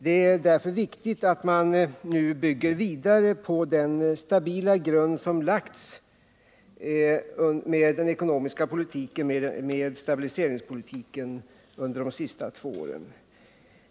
Det är därför viktigt att man nu bygger vidare på den stabila grund som lagts med den ekonomiska politiken, stabiliseringspolitiken, under de senaste två åren.